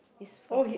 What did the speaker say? it's